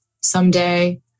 someday